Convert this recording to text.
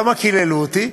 למה קיללו אותי?